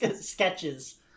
sketches